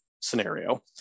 scenario